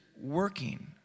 working